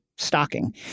stocking